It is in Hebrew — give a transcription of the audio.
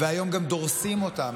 והיום גם דורסים אותם.